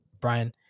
Brian